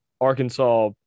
Arkansas